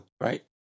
Right